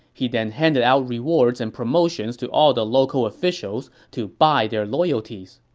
he then handed out rewards and promotions to all the local officials to buy their loyalties.